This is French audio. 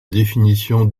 définition